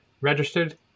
registered